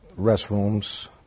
restrooms